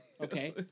Okay